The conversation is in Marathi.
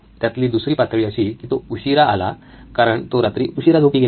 त्यातली दुसरी पातळी अशी की तो उशिरा आला कारण तो रात्री उशिरा झोपी गेला